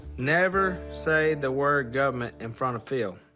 never say the word government in front of phil.